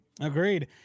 Agreed